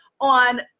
on